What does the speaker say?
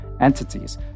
entities